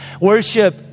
worship